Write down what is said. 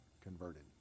converted